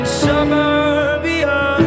suburbia